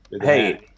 Hey